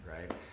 right